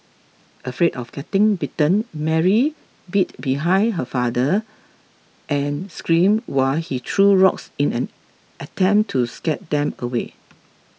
afraid of getting bitten Mary bid behind her father and scream while he threw rocks in an attempt to scare them away